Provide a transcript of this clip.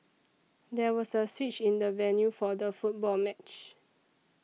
there was a switch in the venue for the football match